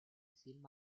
film